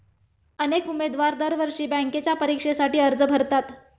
अनेक उमेदवार दरवर्षी बँकेच्या परीक्षेसाठी अर्ज भरतात